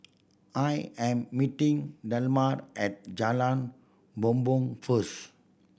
I am meeting Delmar at Jalan Bumbong first